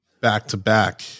back-to-back